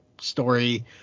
story